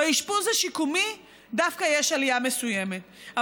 באשפוז השיקומי דווקא יש עלייה מסוימת,